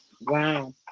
Wow